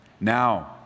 Now